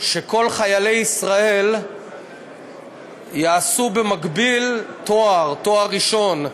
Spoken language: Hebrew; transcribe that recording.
שכל חיילי ישראל יעשו במקביל תואר, תואר ראשון.